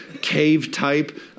cave-type